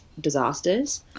disasters